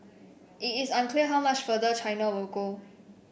it is unclear how much farther China will go